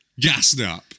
Gasnap